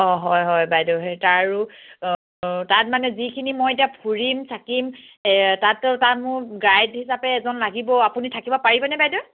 অঁ হয় হয় বাইদেউ সেই তাৰ আৰু তাত মানে যিখিনি মই এতিয়া ফুৰিম চাকিম তাত তাত মোৰ গাইড হিচাপে এজন লাগিব আপুনি থাকিব পাৰিবনে বাইদেউ